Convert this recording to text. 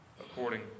according